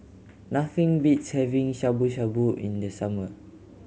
nothing beats having Shabu Shabu in the summer